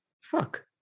Fuck